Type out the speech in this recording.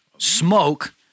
Smoke